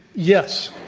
yes.